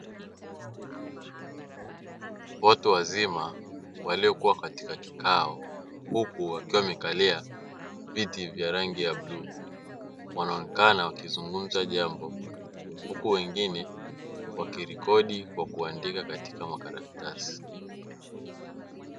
Watu wazima waliokua katika kikao, huku wakiwa wamekalia viti vya rangi ya bluu. Wanaonekana wakizungumza jambo, huku wengine wakirekodi kwa kuandika katika makaratasi.